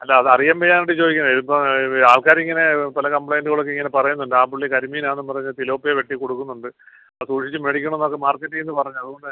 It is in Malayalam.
അല്ല അതറിയാൻ വയ്യാഞ്ഞിട്ട് ചോദിക്കുന്നതാന് ഇത് ഇപ്പോൾ ആൾക്കാർ ഇങ്ങനെ പല കംപ്ലയിൻറ്റുകളൊക്കെ ഇങ്ങനെ പറയുന്നുണ്ട് ആ പുള്ളി കരിമീനാണെന്നും പറഞ്ഞ് തിലാപ്പിയ വെട്ടി കൊടുക്കുന്നുണ്ട് സൂക്ഷിച്ച് മേടിക്കണമൊന്നൊക്കെ മാർക്കറ്റിൽ നിന്ന് പറഞ്ഞു അതുകൊണ്ടാണ്